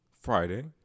Friday